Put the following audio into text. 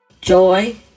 joy